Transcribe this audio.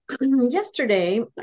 Yesterday